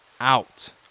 out